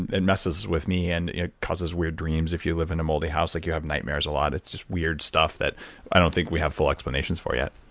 it messes with me and causes weird dreams if you live in a moldy house like you have nightmares a lot. it's just weird stuff that i don't think we have full explanations for yet.